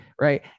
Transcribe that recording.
right